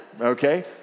okay